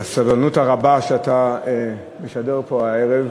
תודה רבה לך על הסבלנות הרבה שאתה משדר פה הערב,